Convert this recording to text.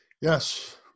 Yes